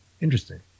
Interesting